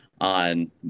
on